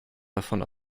davon